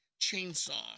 Chainsaw